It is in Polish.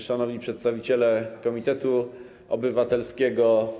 Szanowni Przedstawiciele Komitetu Obywatelskiego!